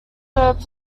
were